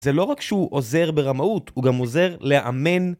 זה לא רק שהוא עוזר ברמאות, הוא גם עוזר לאמן...